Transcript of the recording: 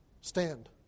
stand